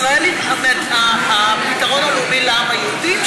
ישראל היא הפתרון הלאומי לעם היהודי,